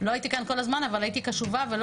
לא הייתי כאן כל הזמן אבל הייתי קשובה ולא